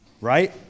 right